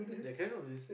ya can you not do this